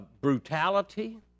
brutality